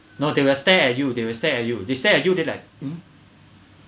no they will stare at you they will stare at you they stare at you they like mm